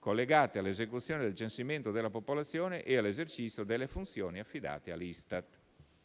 collegate all'esecuzione del censimento della popolazione e all'esercizio delle funzioni affidate all'Istat.